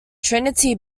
trinity